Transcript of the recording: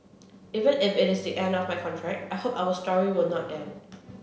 even if it is the end of my contract I hope our story will not end